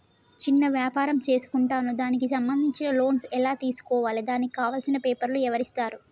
చిన్న వ్యాపారం చేసుకుంటాను దానికి సంబంధించిన లోన్స్ ఎలా తెలుసుకోవాలి దానికి కావాల్సిన పేపర్లు ఎవరిస్తారు?